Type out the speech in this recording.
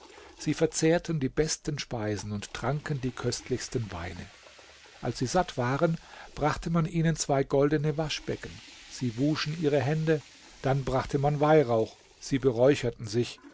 sie verzehrten die besten speisen und tranken die köstlichsten weine als sie satt waren brachte man ihnen zwei goldene waschbecken sie wuschen ihre hände dann brachte man weihrauch sie beräucherten sich